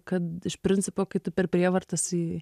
kad iš principo kai tu per prievartą esi